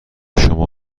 شما